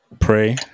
pray